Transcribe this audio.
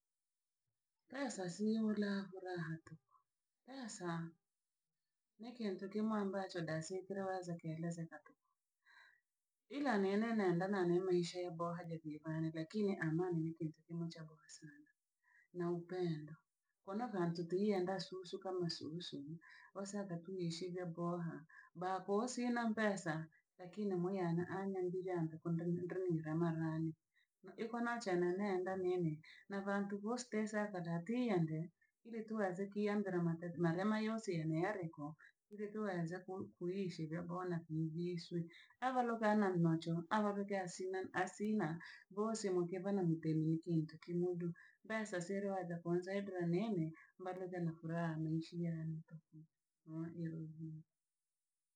Pesa sihiulaa furaha tu, pesa ni kintu kimwo ambacho dasintraweza kielezeka tu ila niene nenda na ne maisha ya boha jakiifani, lakini amani ni kintu kimo cha bora sana na upendo. Kono kantuti iyenda susu kama susu, osaka tuishivyo boha, bapo sina mpesa lakini moyane anangi janja kondandri lamalai. Na iko na chenenenda nyene na vantu gostesa kadati iende ili tu uweze kiembera mate marema yose yemeyereko, ili tuweze ku- kuishi vye bona kuiviswi. Evaruka na miocho, avaruke asina asina bhose muke bhana mutemi kitu kimudu. Mbesa siere waza konzedra nene mbaruja na furaha maisha yane tuho oirogi.